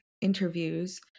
interviews